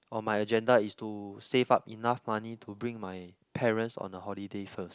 on my agenda is to save up enough money to bring my parents on a holiday first